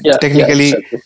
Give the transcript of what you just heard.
technically